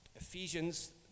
Ephesians